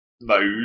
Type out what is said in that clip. mode